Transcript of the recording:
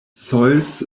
soils